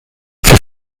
für